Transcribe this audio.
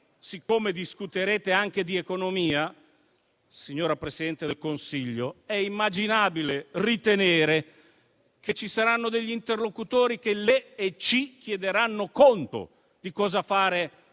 Siccome discuterete anche di economia, signora Presidente del Consiglio, è immaginabile ritenere che ci saranno degli interlocutori i quali le e ci chiederanno conto di cosa fare